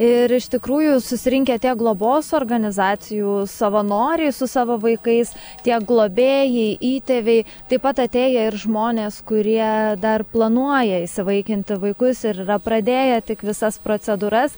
ir iš tikrųjų susirinkę tiek globos organizacijų savanoriai su savo vaikais tiek globėjai įtėviai taip pat atėję ir žmonės kurie dar planuoja įsivaikinti vaikus ir yra pradėję tik visas procedūras